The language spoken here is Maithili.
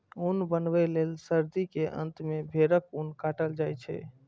ऊन बनबै लए सर्दी के अंत मे भेड़क ऊन काटल जाइ छै